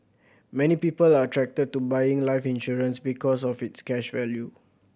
many people are attracted to buying life insurance because of its cash value